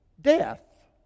death